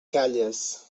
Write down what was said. calles